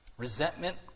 Resentment